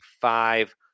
five